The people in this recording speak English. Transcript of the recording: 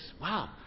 Wow